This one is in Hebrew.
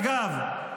אגב,